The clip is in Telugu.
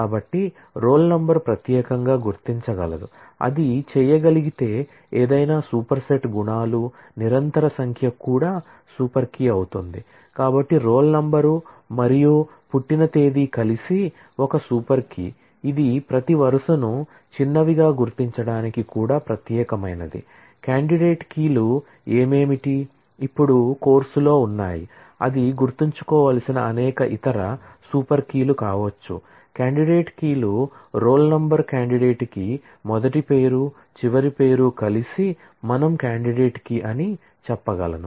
కాబట్టి రోల్ నంబర్ అని చెప్పగలను